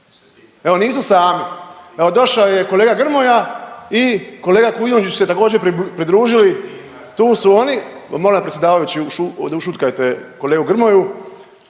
Evo nisu sami. Evo došao je kolega Grmoja i kolega Kujundžić su se također pridružili, tu su oni. Molim predsjedavajući ovdje ušutkajte kolegu Grmoju.